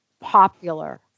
popular